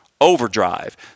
overdrive